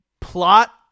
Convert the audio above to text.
plot